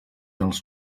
als